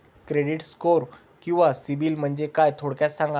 Credit score किंवा CIBIL म्हणजे काय? थोडक्यात सांगा